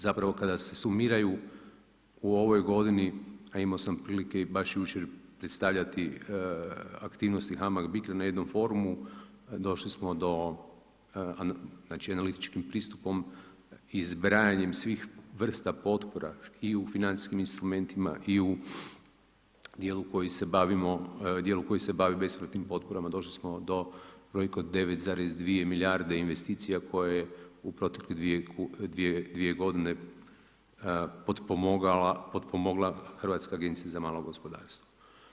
Zapravo kada se sumiraju u ovoj godini, a imao sam prilike i baš jučer predstavljati aktivnosti HAMAG BICRO na jednom forumu, došli do analitičkim pristupom i zbrajanjem svih vrsta potpora i u financijskim instrumentima i u dijelu koji se bavi bespovratnim potporama, došli smo do brojke od 9,2 milijarde investicija koje u protekle 2 godine potpomogla Hrvatska agencija za malo gospodarstvo.